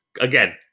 again